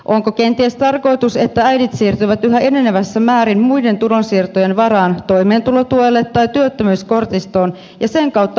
onko kenties tarkoitus että äidit siirtyvät yhä enenevässä määrin muiden tulonsiirtojen varaan toimeentulotuelle tai työttömyyskortistoon ja sen kautta halpatyövoimaksi työllistämistoimiin